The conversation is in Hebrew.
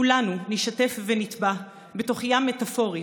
כולנו נישטף ונטבע בתוך ים מטפורי